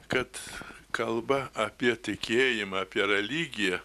kad kalba apie tikėjimą apie religiją